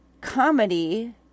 comedy